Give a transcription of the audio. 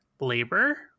labor